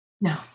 No